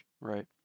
right